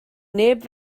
neb